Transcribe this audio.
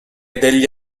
degli